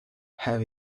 have